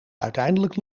uiteindelijk